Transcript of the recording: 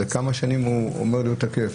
לכמה שנים הוא אמור להיות תקף,